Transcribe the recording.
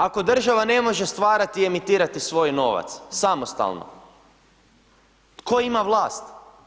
Ako država ne može stvarati i emitirati svoj novac, samostalno, tko ima vlast?